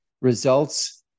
results